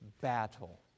battle